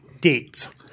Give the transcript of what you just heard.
dates